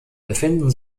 befinden